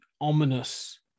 ominous